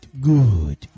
good